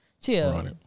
Chill